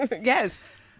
yes